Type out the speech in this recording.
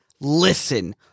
listen